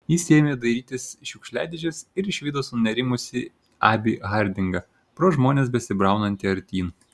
jis ėmė dairytis šiukšliadėžės ir išvydo sunerimusį abį hardingą pro žmones besibraunantį artyn